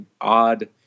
odd